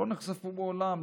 לא נחשפו מעולם,